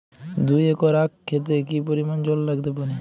দুই একর আক ক্ষেতে কি পরিমান জল লাগতে পারে?